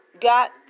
got